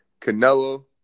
Canelo